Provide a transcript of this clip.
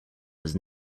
his